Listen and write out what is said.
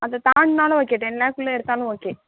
அதை தாண்டுனாலும் okay ten lakh குள்ள எடுத்தாலும் ஓக்கே